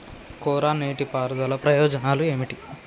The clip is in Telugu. కోరా నీటి పారుదల ప్రయోజనాలు ఏమిటి?